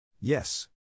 Yes